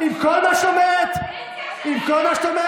הבן אדם